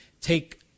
take